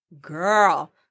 Girl